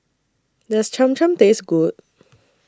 Does Cham Cham Taste Good